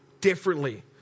differently